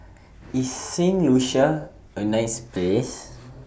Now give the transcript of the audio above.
IS Saint Lucia A nice Place